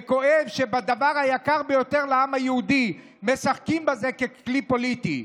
וכואב שבדבר היקר ביותר לעם היהודי משחקים בזה ככלי פוליטי.